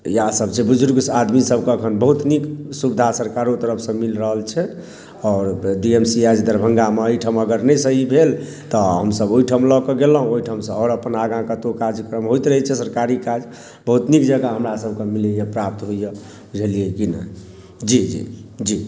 इएह सब छै बुजुर्ग आदमी सबके अखन बहुत नीक सुविधा सरकारो तरफ सँ मिल रहल छै आओर D M C H Darbhanga मे एहिठाम अगर नहि सही भेल तऽ हमसब ओहिठाम लऽ के गेलहुॅं आओर अपना आगाँ कतौ कार्यक्रम होयत रहै छै सरकारी काज बहुत नीक जेकाँ हमरा सबके मिलैया प्राप्त होयैया बुझलिए की नहि जी जी जी जी